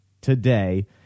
today